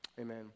Amen